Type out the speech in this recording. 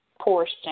portion